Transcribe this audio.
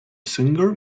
singer